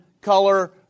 color